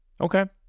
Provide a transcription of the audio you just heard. Okay